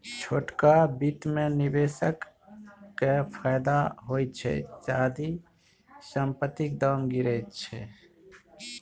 छोटका बित्त मे निबेशक केँ फायदा होइ छै जदि संपतिक दाम गिरय छै